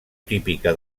típica